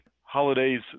holidays